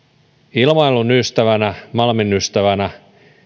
ilmailun ystävänä malmin ystävänä